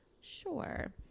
Sure